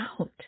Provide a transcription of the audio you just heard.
out